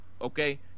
okay